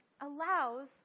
allows